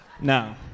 No